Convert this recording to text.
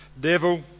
devil